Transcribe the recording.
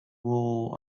whole